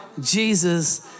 Jesus